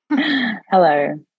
Hello